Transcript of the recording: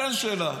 הבן שלה.